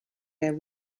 der